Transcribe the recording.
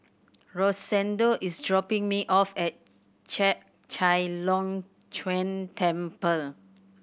Rosendo is dropping me off at Chek Chai Long Chuen Temple